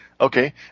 Okay